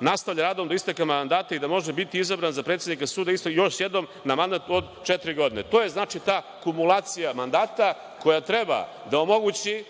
nastavlja sa radom do isteka mandata i da može biti izabran za predsednika suda, još jednom, na mandat od četiri godine. To je znači ta kumulacija mandata koja treba da omogući